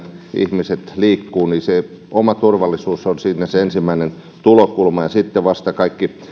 ihmiset liikkuvat on turvallinen se oma turvallisuus on siinä se ensimmäinen tulokulma ja sitten vasta kaikki